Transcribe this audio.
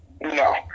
No